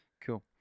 cool